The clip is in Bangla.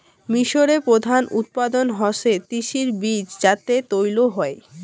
মিশরে প্রধান উৎপাদন হসে তিসির বীজ যাতে তেল হই